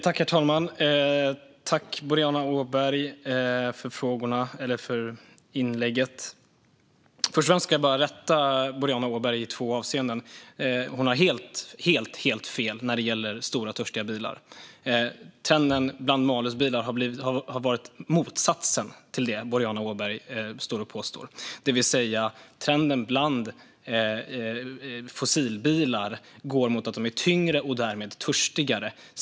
Herr talman! Tack, Boriana Åberg, för inlägget! Först och främst ska jag bara rätta Boriana Åberg i två avseenden. Hon har helt fel när det gäller stora, törstiga bilar. Trenden bland malusbilar har varit motsatsen till det som Boriana Åberg påstår: Trenden när det gäller fossilbilar är att de blir tyngre och därmed törstigare.